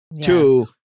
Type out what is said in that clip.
Two